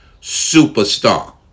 superstar